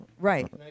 Right